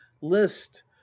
list